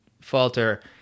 falter